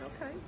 okay